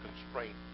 constraint